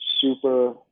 super